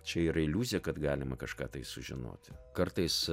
čia yra iliuzija kad galima kažką tai sužinoti kartais